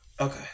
Okay